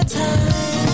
time